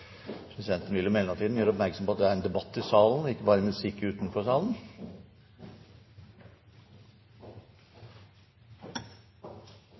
Presidenten vil i mellomtiden gjøre oppmerksom på at vi har en debatt i salen, ikke bare musikk utenfor salen.